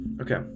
Okay